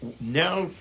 Now